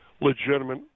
legitimate